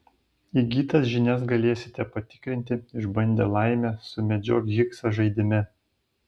įgytas žinias galėsite patikrinti išbandę laimę sumedžiok higsą žaidime